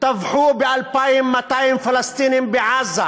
טבחו ב-2,200 פלסטינים בעזה.